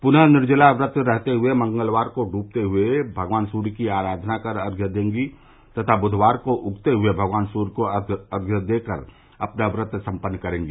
पुनः निर्जेला व्रत रहते हुए मंगलवार को डूबते हुए भगवान सूर्य की आराधना कर अर्घय देंगी तथा बुधवार को उगते हुए भगवान सूर्य को अर्घय देकर अपना व्रत सम्पन्न करेंगी